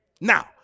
Now